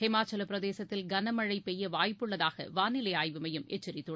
ஹிமாச்சலபிரதேசத்தில் கனமழைபெய்யவாய்ப்புள்ளதாகவானிலைஆய்வுமையம் எச்சித்துள்ளது